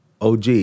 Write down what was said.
OG